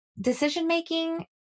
decision-making